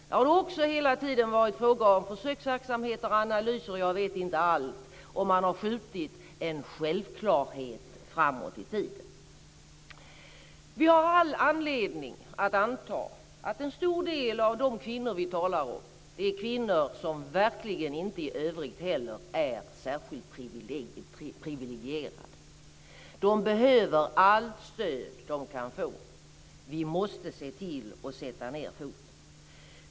Det har också hela tiden varit fråga om försöksverksamheter, analyser och jag vet inte allt, och man har skjutit en självklarhet framåt i tiden. Vi har all anledning att anta att en stor del av de kvinnor vi talar om är kvinnor som verkligen inte är särskilt privilegierade, och de behöver allt stöd de kan få. Vi måste se till att sätta ned foten.